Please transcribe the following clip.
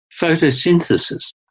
photosynthesis